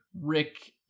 rick